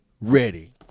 ready